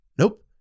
Nope